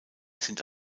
sind